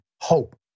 hope